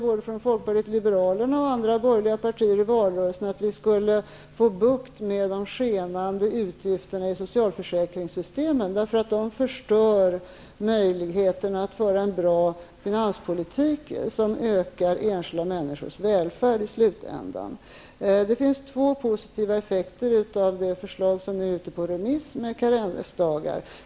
Både Folkpartiet liberalerna och andra borgerliga partier lovade i valrörelsen att vi skulle få bukt med de skenande utgifterna i socialförsäkringssystemen. De förstör möjligheterna att föra en bra finanspolitik, som i slutänden ökar enskilda människors välfärd. Det finns alltså två positiva effekter av det förslag om karensdagar som nu är ute på remiss.